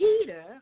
Peter